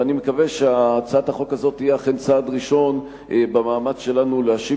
ואני מקווה שהצעת החוק הזו תהיה אכן צעד ראשון במאמץ שלנו להשיב